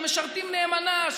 שמשרתים נאמנה,